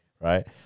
right